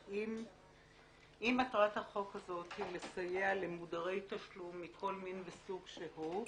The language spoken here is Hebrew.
אם מטרת החוק הזאת היא לסייע למודרי תשלום מכל מין וסוג שהוא,